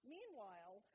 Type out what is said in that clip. Meanwhile